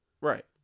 Right